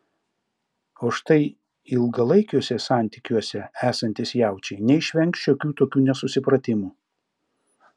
o štai ilgalaikiuose santykiuose esantys jaučiai neišvengs šiokių tokių nesusipratimų